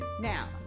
Now